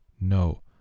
No